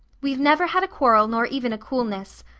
we've never had a quarrel nor even a coolness.